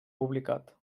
publicat